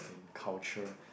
in culture